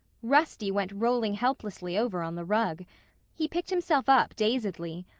rusty went rolling helplessly over on the rug he picked himself up dazedly.